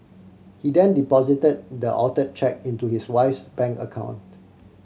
he then deposited the altered cheque into his wife's bank account